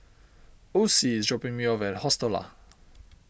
Ocie is dropping me off at Hostel Lah